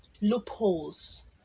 loopholes